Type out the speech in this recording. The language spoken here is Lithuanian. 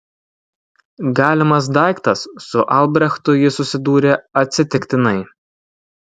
galimas daiktas su albrechtu ji susidūrė atsitiktinai